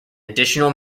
additional